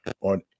on